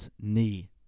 knee